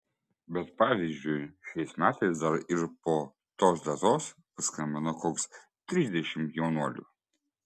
bet pavyzdžiui šiais metais dar ir po tos datos paskambino koks trisdešimt jaunuolių